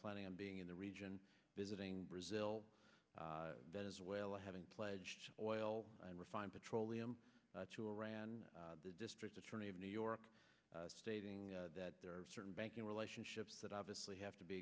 planning on being in the region visiting brazil venezuela having pledged oil and refined petroleum to iran the district attorney of new york stating that there are certain banking relationships that obviously have to be